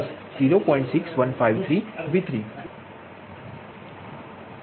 6153V3 તેથી V1 1